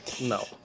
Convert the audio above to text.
No